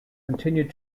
continued